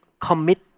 commit